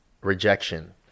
rejection